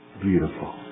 beautiful